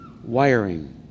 wiring